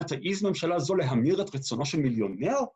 התעיז ממשלה הזו להמיר את רצונו של מיליונר?